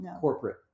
corporate